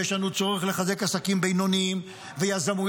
ויש לנו צורך לחזק עסקים בינוניים ויזמויות,